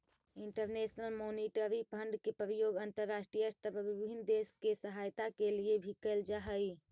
international monetary fund के प्रयोग अंतरराष्ट्रीय स्तर पर विभिन्न देश के सहायता के लिए भी कैल जा हई